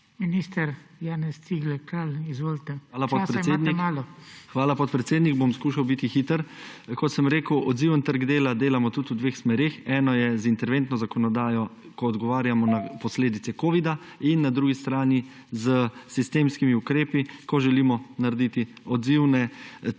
Izvolite. **JANEZ CIGLER KRALJ:** Hvala, podpredsednik. Bom skušal biti hiter. Kot sem rekel, odziven trg dela delamo tudi v dveh smereh. Eno je z interventno zakonodajo, ko odgovarjamo na posledice covida, in na drugi strani s sistemskimi ukrepi, ko želimo narediti take odzivne razmere,